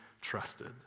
trusted